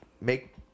make